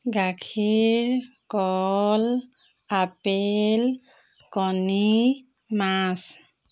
গাখীৰ কল আপেল কণী মাছ